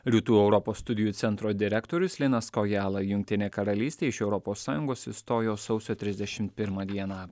rytų europos studijų centro direktorius linas kojala jungtinė karalystė iš europos sąjungos išstojo sausio trisdešim pirmą dieną